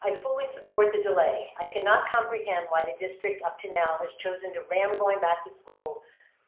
i fully support the delay. i cannot comprehend why the district up to now has chosen to ram going back to school